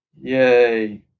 Yay